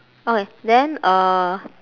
okay then uh